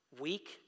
weak